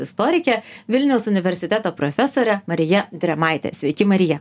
istorike vilniaus universiteto profesore marija drėmaite sveiki marija